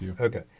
Okay